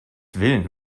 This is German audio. willen